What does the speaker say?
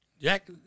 Jack